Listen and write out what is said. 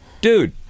dude